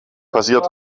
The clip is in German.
passiert